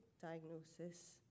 diagnosis